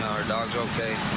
dog's okay.